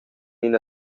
ina